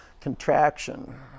contraction